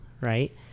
right